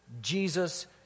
Jesus